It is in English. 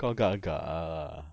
kau agak agak ah